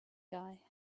guy